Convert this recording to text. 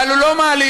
אבל הוא לא מעליב.